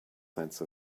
sense